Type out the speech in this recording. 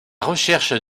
recherche